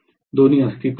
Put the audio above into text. दोन्ही अस्तित्वात आहेत